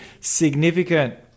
significant